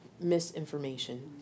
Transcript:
misinformation